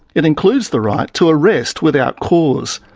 it includes the right to arrest without cause.